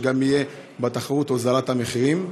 וגם תהיה בתחרות הוזלת המחירים.